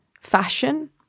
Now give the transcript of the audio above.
fashion